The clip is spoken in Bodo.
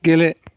गेले